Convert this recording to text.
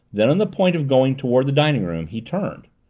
then, on the point of going toward the dining-room, he turned.